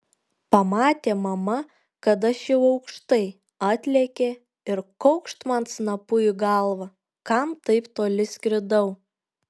pamatė mama kad aš jau aukštai atlėkė ir kaukšt man snapu į galvą kam taip toli skridau